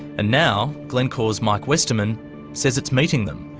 and now glencore's mike westerman says it's meeting them.